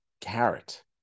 Carrot